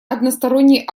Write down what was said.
односторонний